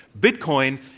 Bitcoin